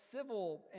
civil